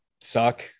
suck